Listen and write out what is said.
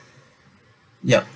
yup